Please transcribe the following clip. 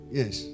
yes